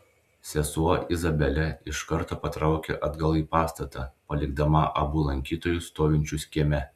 sesuo izabelė iš karto patraukė atgal į pastatą palikdama abu lankytojus stovinčius kieme